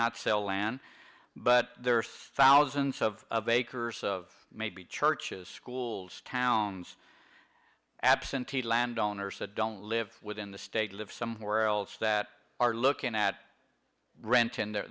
not sell land but there are thousands of acres of maybe churches schools towns absentee land owners that don't live within the state live somewhere else that are looking at rent